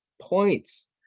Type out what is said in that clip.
points